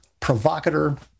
provocator